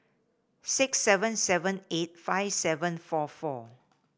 six seven seven eight five seven four four